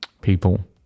people